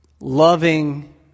loving